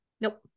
Nope